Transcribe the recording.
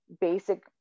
basic